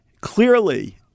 clearly